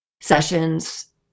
sessions